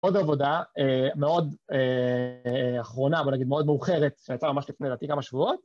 עוד עבודה מאוד אחרונה, בוא נגיד מאוד מאוחרת, שייצא ממש לפני לדעתי כמה שבועות.